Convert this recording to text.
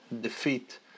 defeat